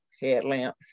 headlamp